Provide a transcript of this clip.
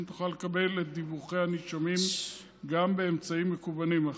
תוכל לקבל את דיווחי הנישומים גם באמצעים מקוונים אך